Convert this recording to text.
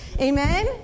Amen